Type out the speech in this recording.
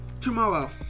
Tomorrow